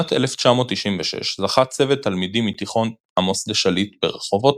בשנת 1996 זכה צוות תלמידים מתיכון עמוס דה-שליט ברחובות,